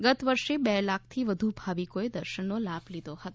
ગત વર્ષે બે લાખથી વધુ ભાવિકોએ દર્શનનો લાભ લીધો હતો